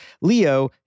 Leo